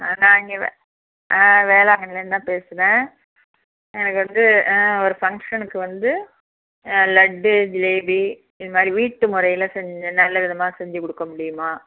ஆ நான் இங்கே வ வேளாங்கண்ணியில் இருந்துதான் பேசுகிறேன் எனக்கு வந்து ஆ ஒரு ஃபங்க்ஷனுக்கு வந்து லட்டு ஜிலேபி இது மாதிரி வீட்டு முறையில் செஞ்ச நல்லவிதமாக செஞ்சு கொடுக்க முடியுமா